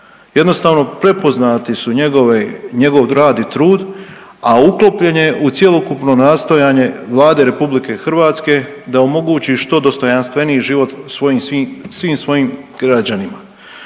Jednostavno prepoznati su njegovi, njegov rad i trud, a uklopljen je u cjelokupno nastojanje Vlade RH da omogući što dostojanstveniji život svojim svim,